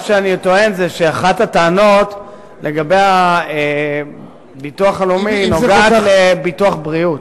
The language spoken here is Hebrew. מה שאני טוען זה שאחת הטענות לגבי הביטוח הלאומי נוגעת לביטוח בריאות.